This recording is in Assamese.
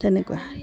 তেনেকুৱা